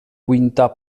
quinta